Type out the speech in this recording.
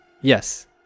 Yes